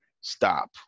stop